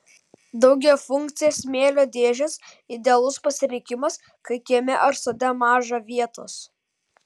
daugiafunkcės smėlio dėžės idealus pasirinkimas kai kieme ar sode maža vietos